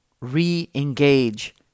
re-engage